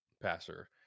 passer